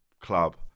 club